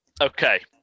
Okay